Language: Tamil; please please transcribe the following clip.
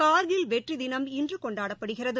கார்கில் வெற்றிதினம் இன்றுகொண்டாடப்படுகிறது